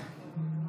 קרעי,